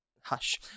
Hush